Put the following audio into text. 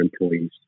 employees